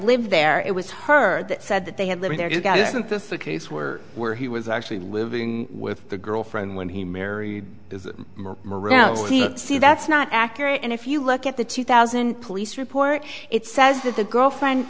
lived there it was her that said that they had lived there you go this isn't this a case where where he was actually living with the girlfriend when he married now see that's not accurate and if you look at the two thousand police report it says that the girlfriend